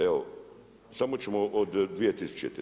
Evo, samo ćemo od 2000.